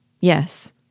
Yes